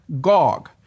Gog